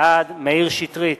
בעד מאיר שטרית,